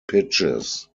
pitches